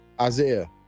Isaiah